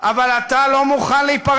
אני יכול להביא